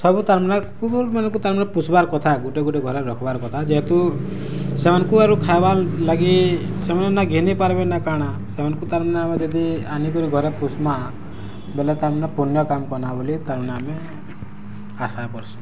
ସବୁ ତାର୍ମାନେ କୁକୁର୍ ମାନକୁଁ ତାର୍ମାନେ ପୁଷବାର୍ କଥା ଗୁଟେ ଗୁଟେ ଘରେ ରଖବାର୍ କଥା ଯେହେତୁ ସେମାନକୁଁ ଆରୁ ଖାଇବାର୍ ଲାଗି ସେମାନେ ଘିନିପାର୍ବେ ନା କାଣା ସେମାନକୁଁ ତାର୍ମାନେ ଆମେ ଯଦି ଆନିକିରି ଘରେ ପୁଷମାଁ ବେଲେ ତାର୍ମାନେ ପୁଣ୍ୟ କାମ୍ କନା ବଲିଁ ତାର୍ମାନେ ଆମେ ଆଶା କରସୁଁ